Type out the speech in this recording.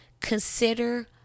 consider